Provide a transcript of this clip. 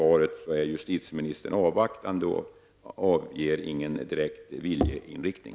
För det tredje är justitieministern avvaktande i svaret och avger ingen direkt viljeinriktning.